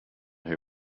who